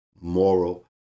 moral